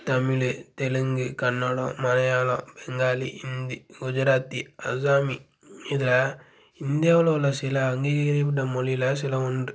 தமிழ் தெலுங்கு கன்னடம் மலையாளம் பெங்காலி ஹிந்தி குஜராத்தி அசாமி இதில் இந்தியாவில் உள்ள சில அங்கீகரிக்கப்பட்ட மொழியில் சில ஒன்று